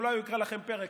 אולי הוא יקרא לכם פרק,